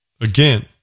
again